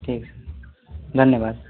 ठीक धन्यवाद